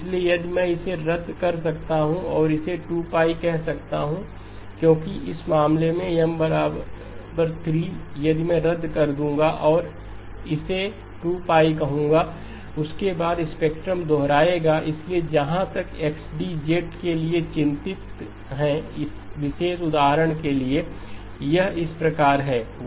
इसलिए यदि मैं इसे रद्द कर सकता हूं और इसे 2 कह सकता हूं क्योंकि इस मामले में M 3 यह मैं रद्द कर दूंगाऔर और मैं इसे 2 कहूंगा उसके बाद स्पेक्ट्रम दोहराएगा सलिए जहाँ तक XD के लिए चिंतित है इस विशेष उदाहरण के लिए यह इस प्रकार है